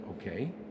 Okay